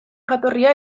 jatorria